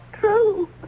true